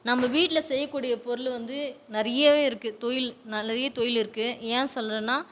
நம்ம வீட்டில் செய்யக்கூடிய பொருள் வந்து நிறையவே இருக்குது தொழில் நான் நிறைய தொழில் இருக்குது ஏன் சொல்கிறன்னா